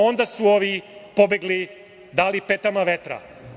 Onda su ovi pobegli, dali petama vetra.